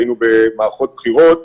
היינו במערכות בחירות,